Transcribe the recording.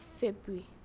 February